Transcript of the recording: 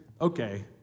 Okay